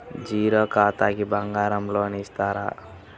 Zero ఖాతాకి బంగారం loan ఇస్తారా?